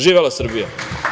Živela Srbija.